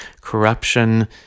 corruption